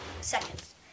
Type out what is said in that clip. seconds